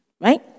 Right